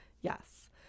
Yes